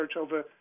over